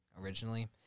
originally